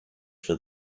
for